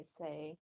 say